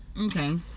Okay